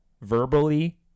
verbally